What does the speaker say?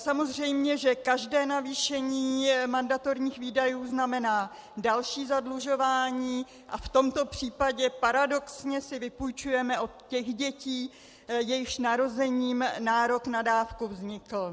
Samozřejmě že každé navýšení mandatorních výdajů znamená další zadlužování a v tomto případě paradoxně si vypůjčujeme od těch dětí, jejichž narozením nárok na dávku vznikl.